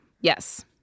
Yes